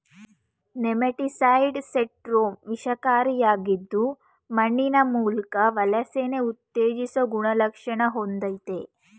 nematicide spectrum ವಿಷಕಾರಿಯಾಗಿದ್ದು ಮಣ್ಣಿನ ಮೂಲ್ಕ ವಲಸೆನ ಉತ್ತೇಜಿಸೊ ಗುಣಲಕ್ಷಣ ಹೊಂದಯ್ತೆ